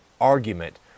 argument